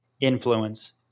influence